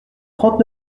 trente